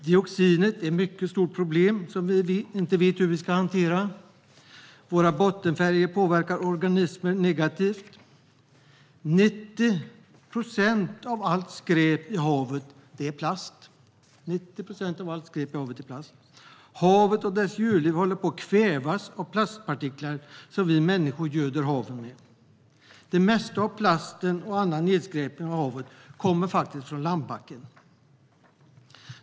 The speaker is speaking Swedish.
Dioxinet är ett mycket stort problem som vi inte vet hur vi ska hantera. Våra bottenfärger påverkar organismer negativt. 90 procent av allt skräp i havet är plast. Havet och dess djurliv håller på att kvävas av plastpartiklar som vi människor göder haven med. Det mesta av plasten och annan nedskräpning av havet kommer från landbacken.